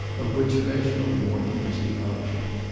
of which reginald morton was the object.